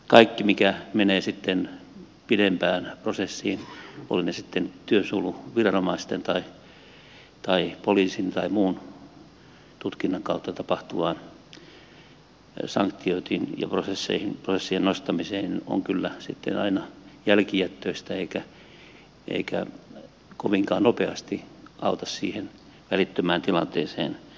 kaikki mikä menee sitten pidempään prosessiin menee se sitten työsuojeluviranomaisten tai poliisin tai muun tutkinnan kautta tapahtuvaan sanktiointiin ja prosessien nostamiseen on kyllä sitten aina jälkijättöistä eikä kovinkaan nopeasti auta siihen välittömään tilanteeseen työpaikalla